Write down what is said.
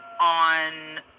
on